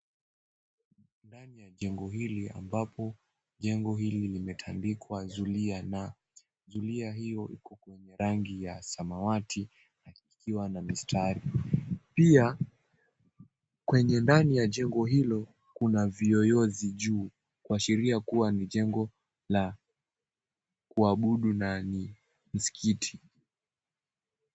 Ndani ya jengo hili ambapo jengo hili limetandikwa zulia na zulia hio iko na rangi ya samawati na ikiwa na mistari. Pia kwenye ndani ya jengo hilo kuna viyoyozi juu kuashiria kua ni jengo la kuabudu na ni msikiti.